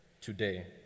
today